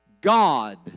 God